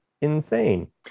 insane